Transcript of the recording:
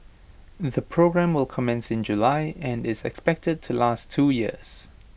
the programme will commence in July and is expected to last two years